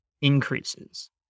increases